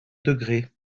degré